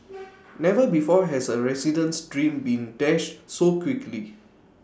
never before has A resident's dream been dash so quickly